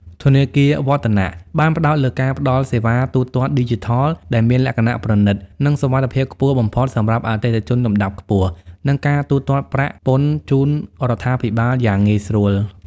ធនាគារ វឌ្ឍនៈ (Vattanac) បានផ្ដោតលើការផ្ដល់សេវាកម្មទូទាត់ឌីជីថលដែលមានលក្ខណៈប្រណីត និងសុវត្ថិភាពខ្ពស់បំផុតសម្រាប់អតិថិជនលំដាប់ខ្ពស់ និងការទូទាត់ប្រាក់ពន្ធជូនរដ្ឋាភិបាលយ៉ាងងាយស្រួល។